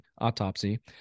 autopsy